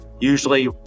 usually